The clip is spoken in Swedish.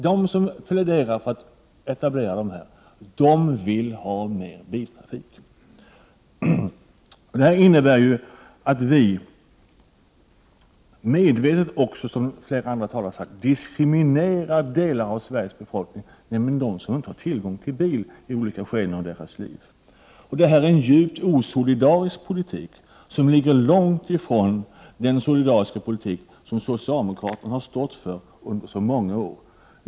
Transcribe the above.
De som pläderar för etableringar av dessa stormarknader vill ha mer biltrafik. Det innebär att vi medvetet, som flera andra talare sagt, också diskriminerar delar av Sveriges befolkning, nämligen de som inte har tillgång till bil i olika skeden av livet. Detta är en djupt osolidarisk politik som ligger långt ifrån den solidariska politik som socialdemokraterna har stått för under så många år.